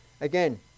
Again